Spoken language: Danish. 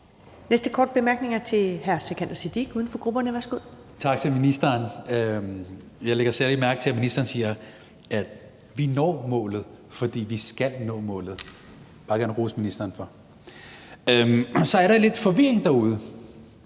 næste korte bemærkning er til hr. Sikandar Siddique, uden for grupperne. Værsgo. Kl. 13:16 Sikandar Siddique (UFG): Tak til ministeren. Jeg lægger særlig mærke til, at ministeren siger, at vi når målet, fordi vi skal nå målet. Det vil jeg bare gerne rose ministeren for. Så er der lidt forvirring derude.